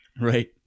Right